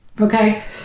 Okay